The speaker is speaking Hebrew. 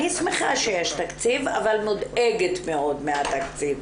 אני שמחה שיש תקציב אבל מודאגת מאוד מהתקציב,